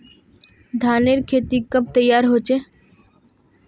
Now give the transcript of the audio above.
धानेर खेती कब तैयार होचे?